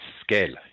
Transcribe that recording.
scale